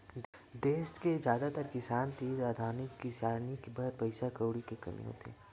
देस के जादातर किसान तीर आधुनिक किसानी बर पइसा कउड़ी के कमी होथे